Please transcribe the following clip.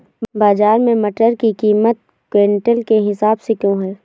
बाजार में मटर की कीमत क्विंटल के हिसाब से क्यो है?